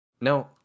No